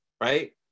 right